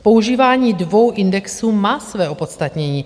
Používání dvou indexů má své opodstatnění.